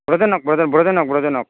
বজেনক ব বজেনক বজেনক